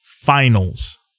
Finals